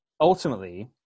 ultimately